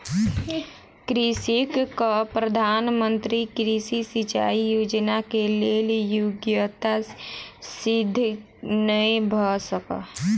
कृषकक प्रधान मंत्री कृषि सिचाई योजना के लेल योग्यता सिद्ध नै भ सकल